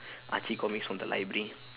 archie comics from the library